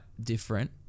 different